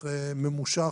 ממושך,